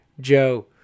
Joe